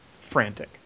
frantic